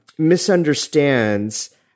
misunderstands